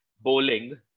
bowling